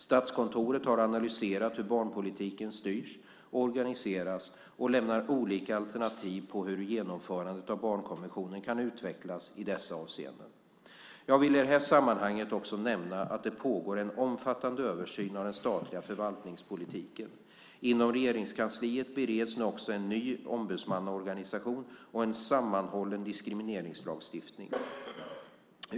Statskontoret har analyserat hur barnpolitiken styrs och organiseras och lämnar olika alternativ på hur genomförandet av barnkonventionen kan utvecklas i dessa avseenden. Jag vill i det här sammanhanget också nämna att det pågår en omfattande översyn av den statliga förvaltningspolitiken. Inom Regeringskansliet bereds nu också en ny ombudsmannaorganisation och en sammanhållen diskrimineringslagstiftning.